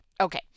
Okay